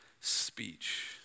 speech